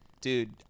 dude